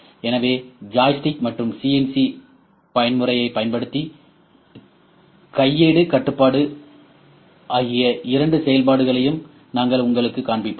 எனவே ஜாய்ஸ்டிக் மற்றும் சிஎன்சி பயன்முறையைப் பயன்படுத்தி கையேடு கட்டுப்பாடு ஆகிய இரண்டு செயல்பாடுகளையும் நாங்கள் உங்களுக்குக் காண்பிப்போம்